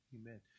Amen